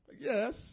Yes